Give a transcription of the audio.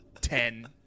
Ten